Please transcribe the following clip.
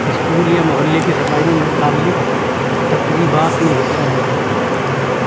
school یا محلے کی صفائی میں متعلق تقریبات میں حصہ لیتا ہوں